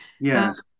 Yes